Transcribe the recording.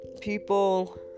people